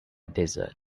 desert